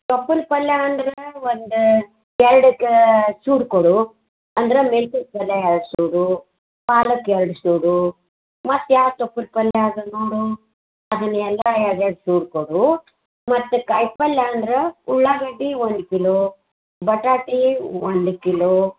ತೊಪ್ಪಲ್ಲಿ ಪಲ್ಯ ಅಂದ್ರೆ ಒಂದು ಎರ್ಡಕ್ಕೆ ಚೂಡಾ ಕೊಡು ಅಂದರೆ ಮೆಂತ್ಯ ಪಲ್ಯ ಎರ್ಡು ಸೂಡೂ ಪಾಲಕ್ ಎರ್ಡು ಸೂಡೂ ಮತ್ಯಾದ ತೊಪ್ಪಲ್ಲಿ ಪಲ್ಯ ಇದೆ ನೋಡು ಅದನ್ನೆಲ್ಲ ಎರ್ಡೆರ್ಡು ಸೂಡ್ ಕೊಡು ಮತ್ತು ಕಾಯಿಪಲ್ಯ ಅಂದ್ರೆ ಉಳ್ಳಾಗಡ್ಡಿ ಒಂದು ಕಿಲೋ ಬಟಾಟೆ ಒಂದು ಕಿಲೋ